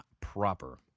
proper